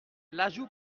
l’ajout